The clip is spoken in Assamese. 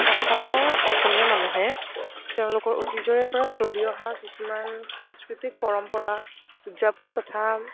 অসমৰ অসমীয়া মানুহে তেওঁলোকৰ অতীজৰেপৰা চলি অহা কিছুমান সাংস্কৃতিক পৰম্পৰা উদযাপন তথা